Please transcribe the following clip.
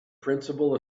principle